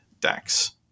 decks